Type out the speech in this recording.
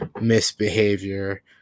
misbehavior